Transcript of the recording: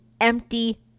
empty